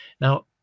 Now